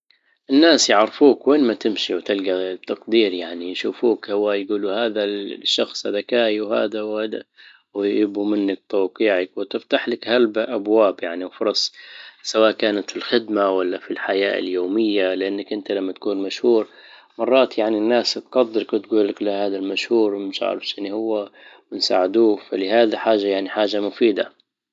الناس يعرفوك وين ما تمشي وتلجى التقدير يعني يشوفوك هو يجولوا هذا الشخص ذكاى وهذا وهذا ويبوا منك توقيعك وتفتح لك هلبا ابواب يعني وفرص سواء كانت الخدمة ولا في الحياة اليومية لانك انت لما تكون مشهور مرات يعني الناس تقدرك وتقول لك هذا المشهور -مش اعرف شنو- هو ونساعدوه فلهذا حاجه- يعنى حاجه مفيدة